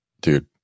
dude